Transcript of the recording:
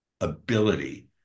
ability